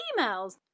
emails